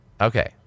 okay